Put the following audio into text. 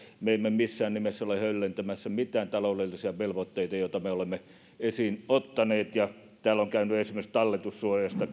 me emme missään nimessä ole höllentämässä mitään taloudellisia velvoitteita joita me olemme esiin ottaneet tällä on käynyt keskustelu esimerkiksi talletussuojasta